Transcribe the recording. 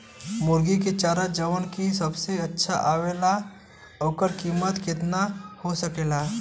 मुर्गी के चारा जवन की सबसे अच्छा आवेला ओकर कीमत केतना हो सकेला?